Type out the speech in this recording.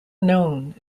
known